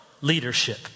leadership